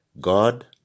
God